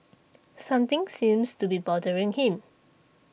something seems to be bothering him